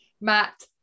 Matt